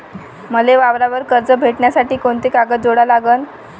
मले वावरावर कर्ज भेटासाठी कोंते कागद जोडा लागन?